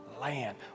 land